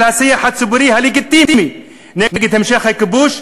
השיח הציבורי הלגיטימי נגד המשך הכיבוש,